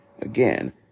again